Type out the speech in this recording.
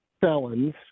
felons